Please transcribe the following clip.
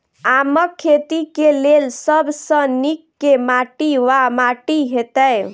आमक खेती केँ लेल सब सऽ नीक केँ माटि वा माटि हेतै?